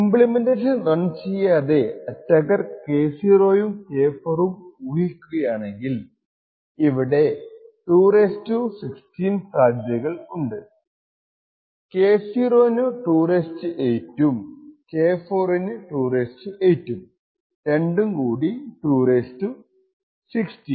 implementation run ചെയ്യാതെ attacker K0 ഉം K4 ഉം ഊഹിക്കുകയാണെങ്കിൽ അവിടെ 2 16 സാധ്യതകൾ ഉണ്ട് K0 നു 2 8 ഉം K4 നു 2 8 ഉം രണ്ടും കൂടി 2 16